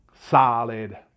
solid